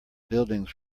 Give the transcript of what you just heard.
buildings